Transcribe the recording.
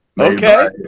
Okay